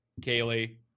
Kaylee